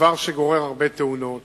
דבר שגורר הרבה תאונות.